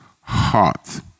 heart